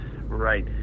right